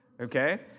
okay